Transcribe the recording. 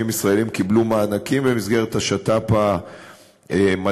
ישראלים קיבלו מענקים במסגרת השת"פ המדעי.